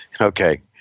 Okay